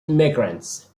immigrants